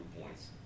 points